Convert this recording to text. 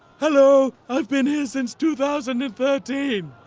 hello! i've been here since two thousand and thirteen!